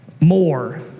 more